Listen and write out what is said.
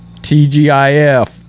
TGIF